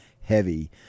heavy